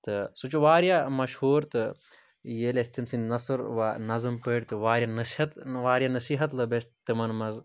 تہٕ سُہ چھُ واریاہ مَشہوٗر تہٕ ییٚلہِ اَسہِ تٔمۍ سٕنٛدۍ نَثر وَ نَظم پٔرۍ تہٕ واریاہ نصیحت واریاہ نصیحت لٔبۍ اَسہِ تِمَن منٛز